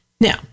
Now